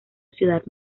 ciudad